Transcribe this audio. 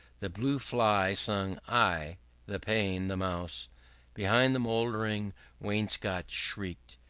the blue fly sung i' the pane the mouse behind the mouldering wainscot shrieked,